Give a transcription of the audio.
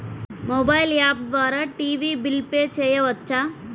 Mobile app ద్వారా TV bill pay చేయవచ్చా?